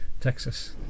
Texas